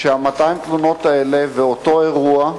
כש-200 התלונות האלה ואותו אירוע,